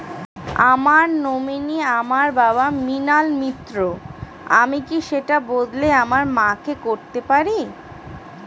আমার নমিনি আমার বাবা, মৃণাল মিত্র, আমি কি সেটা বদলে আমার মা কে করতে পারি?